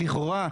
לכאורה,